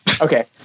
Okay